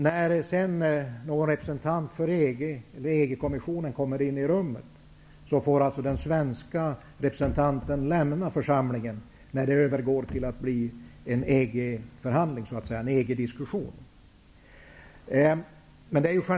När sedan någon representant för EG-kommissionen kommer in i rummet får den svenska representanten lämna församlingen i och med att det övergår till att bli en EG-förhandling eller en EG-diskussion.